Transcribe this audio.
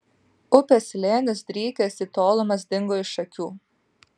upės slėnis drykęs į tolumas dingo iš akių